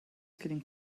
getting